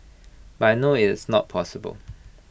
but I know IT is not possible